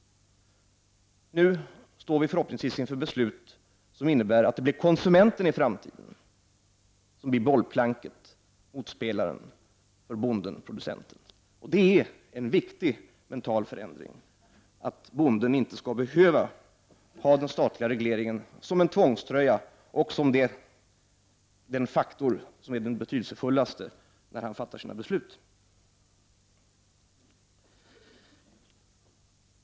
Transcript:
Nu står vi förhoppningsvis inför beslut som innebär att det i framtiden blir konsumenten som blir bollplanket, motspelaren, för bonden-producenten. Det är en viktig mental förändring att bonden inte skall behöva ha den statliga regleringen som en tvångströja och som den betydelsefullaste faktorn när han fattar sina beslut.